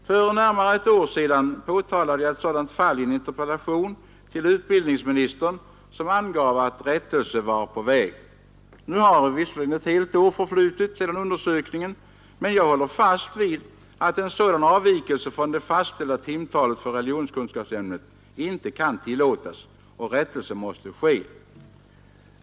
För närmare ett år sedan påtalade jag ett sådant fall i en interpellation till utbildningsministern, som svarade att rättelse var på väg. Nu har visserligen ett helt år förflutit sedan undersökningen gjordes, men jag håller fast vid att en sådan avvikelse från det fastställda timantalet för religionskunskapsämnet inte kan tillåtas, utan att rättelse måste ske.